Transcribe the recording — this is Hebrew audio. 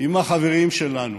עם החברים שלנו,